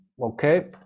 Okay